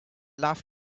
love